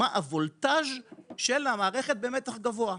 מה הולטאז' של המערכת במתח גבוה?